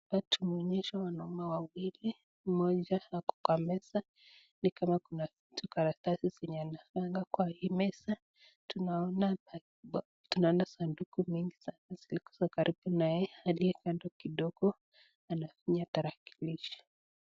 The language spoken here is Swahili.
Hapa tunaonyeshwa wanaume wawili mmoja ako kwa meza ni kama kuna karatasi zenye anapanga kwa hii meza tunaona saduku mingi zilizokaribu na yeye aliye kando kidogo anatumia tarakilishi.